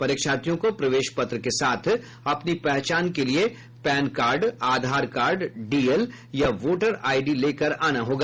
परीक्षार्थियों को प्रवेश पत्र के साथ अपनी पहचान के लिए pan card Aadhaar card DL या वोटर आईडी लेकर आना होगा